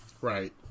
Right